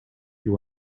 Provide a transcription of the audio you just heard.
you